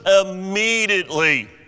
Immediately